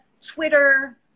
Twitter